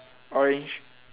orange